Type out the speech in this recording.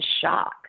shock